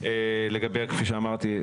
כפי שאמרתי,